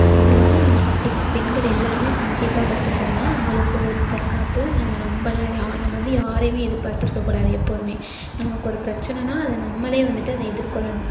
இது வந்து அவங்க கற்று பெண்கள் எல்லோருமே கண்டிப்பாக கற்றுக்கோங்க ஆளுக்கு ஒவ்வொரு தற்காப்பு நம்ம நம்பளை யா நம்ம வந்து யாரையும் எதிர்பார்த்து இருக்கக்கூடாது எப்போதுமே நமக்கு ஒரு பிரச்சனைனா அதை நம்மளே வந்துட்டு அதை எதிர்கொள்ளணும்